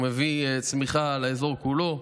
הוא מביא צמיחה לאזור כולו,